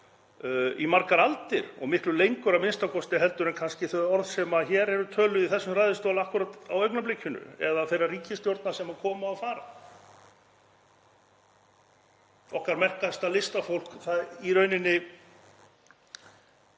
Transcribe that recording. í margar aldir og miklu lengur, a.m.k. heldur en kannski þau orð sem hér eru töluð í þessum ræðustóli akkúrat í augnablikinu eða þeirra ríkisstjórna sem koma og fara. Okkar merkasta listafólk er kannski